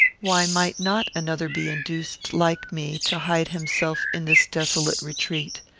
why might not another be induced like me to hide himself in this desolate retreat?